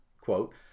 quote